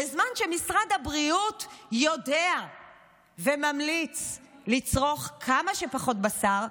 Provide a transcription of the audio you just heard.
בזמן שמשרד הבריאות יודע וממליץ לצרוך כמה שפחות בשר,